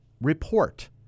Report